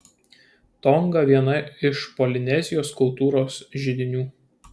tonga viena iš polinezijos kultūros židinių